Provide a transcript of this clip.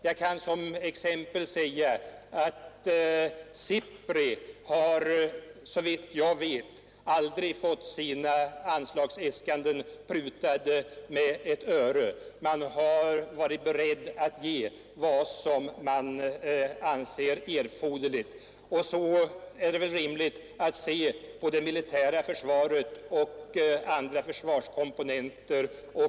Jag kan som exempel nämna att SIPRI såvitt jag vet aldrig fått sina anslagsäskanden nedprutade. Vi har varit beredda att ge vad som ansetts erforderligt. Så är det rimligt att se också på det militära försvaret och andra försvarskomponenter.